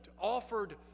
offered